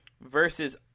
versus